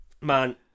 Man